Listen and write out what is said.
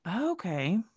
Okay